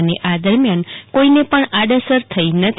અને આ દરમ્યાન કોઈને પણ આડ અસર થઈ નથી